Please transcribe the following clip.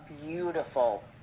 beautiful